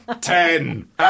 Ten